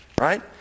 Right